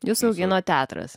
jus augino teatras